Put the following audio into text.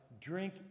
Drink